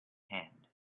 hand